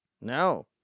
No